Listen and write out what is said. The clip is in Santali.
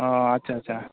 ᱚᱸᱻ ᱟᱪᱷᱟ ᱟᱪᱷᱟ